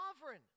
sovereign